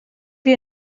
wir